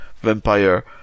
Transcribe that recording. Vampire